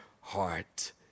heart